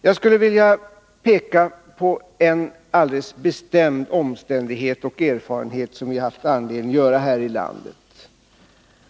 Jag skulle vilja peka på en alldeles bestämd omständighet och en erfarenhet som vi har haft anledning att göra här i landet.